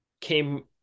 came –